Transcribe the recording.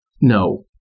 No